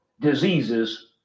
diseases